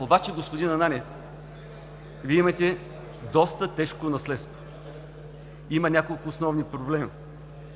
Обаче, господин Ананиев, Вие имате доста тежко наследство. Има няколко основни проблема,